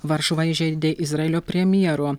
varšuva įžeidė izraelio premjero